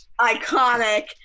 iconic